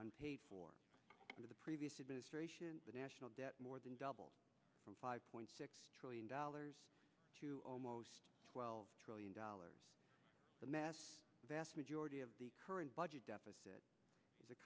unpaid for the previous administration the national debt more than doubled from five point six trillion dollars to almost twelve trillion dollars the mass vast majority of the current budget deficit is a